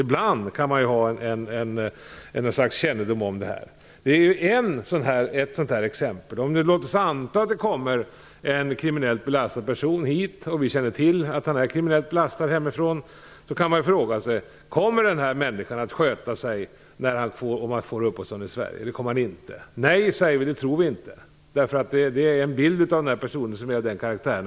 Ibland kan man ha något slags kännedom om det. Låt oss anta att det kommer en kriminellt belastad person hit och att vi känner till att han är kriminellt belastad hemifrån. Då kan man fråga sig: Kommer den här människan att sköta sig om han får uppehållstillstånd i Sverige? Nej, säger vi, det tror vi inte. Bilden av den här personen är av den karaktären.